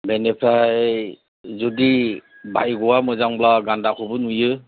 बेनिफ्राय जुदि भाग्य'आ मोजांब्ला गान्दाखौबो नुयो